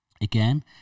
again